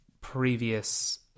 previous